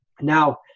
Now